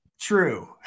True